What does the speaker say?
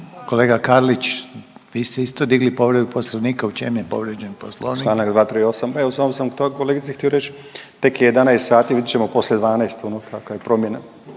Kolega Karlić, vi ste isto digli povredu Poslovnika. U čemu je povrijeđen Poslovnik. **Karlić, Mladen (HDZ)** Čl. 238. evo samo sam kolegici htio reć, tek je 11 sati, vidit ćemo poslije 12, ono kakva je promjena.